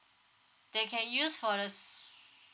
they can use for the